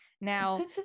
Now